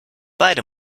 beide